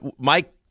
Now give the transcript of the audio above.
Mike